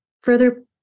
further